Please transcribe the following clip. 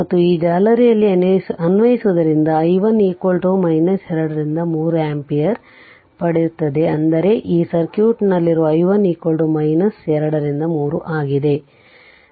ಮತ್ತು ಆ ಜಾಲರಿಯಲ್ಲಿ ಅನ್ವಯಿಸುವುದರಿಂದ i1 2 ರಿಂದ 3 ಆಂಪಿಯರ್ ಪಡೆಯುತ್ತದೆ ಅಂದರೆ ಈ ಸರ್ಕ್ಯೂಟ್ನಲ್ಲಿರುವ i1 2 ರಿಂದ 3 ಆಗಿದೆ